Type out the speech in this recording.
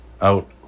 out